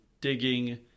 digging